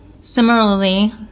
Similarly